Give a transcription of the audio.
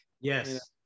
yes